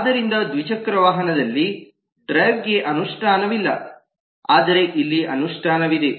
ಆದ್ದರಿಂದ ದ್ವಿಚಕ್ರ ವಾಹನದಲ್ಲಿ ಡ್ರೈವ್ ಗೆ ಅನುಷ್ಠಾನವಿಲ್ಲ ಆದರೆ ಇಲ್ಲಿ ಅನುಷ್ಠಾನವಿದೆ